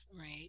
right